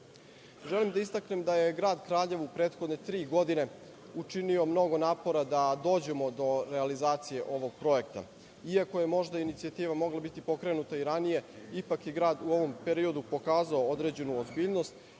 da istaknem da je Grad Kraljevo u prethodne tri godine učinio mnogo napora da dođemo do realizacije ovog projekta, iako je možda inicijativa mogla biti pokrenuta ranije, ipak je grad u ovom periodu pokazao određenu ozbiljnost